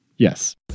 Yes